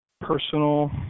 personal